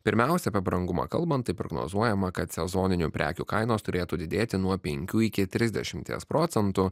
pirmiausia apie brangumą kalbant tai prognozuojama kad sezoninių prekių kainos turėtų didėti nuo penkių iki trisdešimties procentų